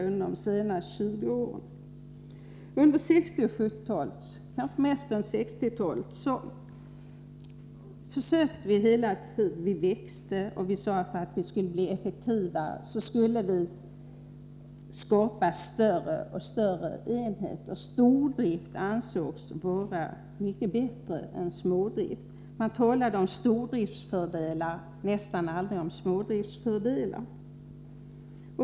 Under 1960 och 1970-talen — kanske mest 1960-talet — skedde det en tillväxt, och vi sade att vi för att bli effektivare skulle skapa större och större enheter. Stordrift ansågs vara mycket bättre än smådrift. Man talade om stordriftsfördelar, nästan aldrig om smådriftsfördelar.